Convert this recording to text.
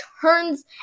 turns